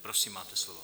Prosím máte slovo.